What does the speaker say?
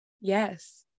Yes